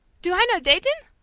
do i know dayton?